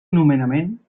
nomenament